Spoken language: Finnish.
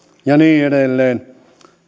ja niin edelleen